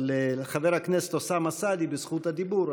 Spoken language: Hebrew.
אבל לחבר הכנסת אוסאמה סעדי יש זכות דיבור,